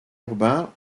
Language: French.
urbains